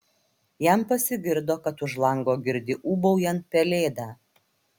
jam pasigirdo kad už lango girdi ūbaujant pelėdą